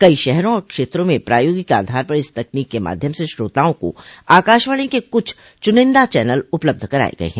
कई शहरों और क्षेत्रों में प्रायोगिक आधार पर इस तकनीक के माध्यम से श्रोताओं का आकाशवाणी के कुछ चुनिंदा चैनल उपलब्ध कराए गए हैं